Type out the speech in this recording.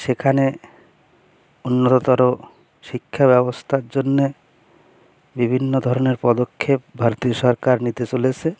সেখানে উন্নরতর শিক্ষা ব্যবস্থার জন্যে বিভিন্ন ধরনের পদক্ষেপ ভারতীয় সরকার নিতে চলেছে